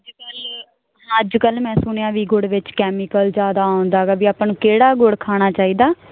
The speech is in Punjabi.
ਅੱਜ ਕੱਲ ਅੱਜ ਕੱਲ ਸੁਣਿਆ ਵੀ ਗੁੜ ਵਿੱਚ ਕੈਮੀਕਲ ਜਿਆਦਾ ਆਉਂਦਾ ਗਾ ਵੀ ਆਪਾਂ ਨੂੰ ਕਿਹੜਾ ਗੁੜ ਖਾਣਾ ਚਾਹੀਦਾ